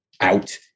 out